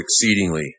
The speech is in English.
exceedingly